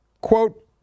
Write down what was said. quote